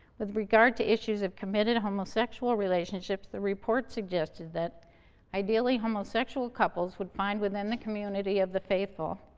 with regard to issues of committed homosexual relationships, the report suggested that ideally homosexual couples would find within the community of the faithful,